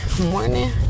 morning